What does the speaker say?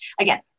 Again